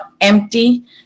empty